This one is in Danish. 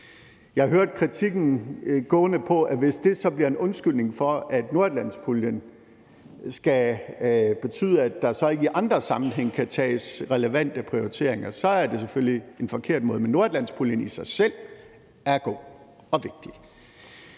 Jeg hørte kritikken gående på, hvis det så bliver en undskyldning for, at Nordatlantspuljen skal betyde, at der så ikke i andre sammenhænge kan tages relevante prioriteringer, og så er det selvfølgelig en forkert måde. Men Nordatlantpuljen i sig selv er god og vigtig.